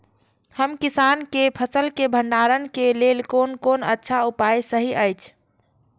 हम किसानके फसल के भंडारण के लेल कोन कोन अच्छा उपाय सहि अछि?